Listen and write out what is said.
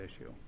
issue